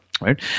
right